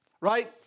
right